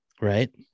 right